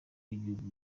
w’igihugu